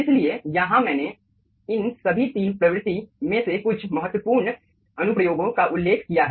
इसलिए यहाँ मैंने इन सभी 3 प्रवृत्ति में से कुछ महत्वपूर्ण अनुप्रयोगों का उल्लेख किया है